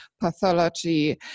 pathology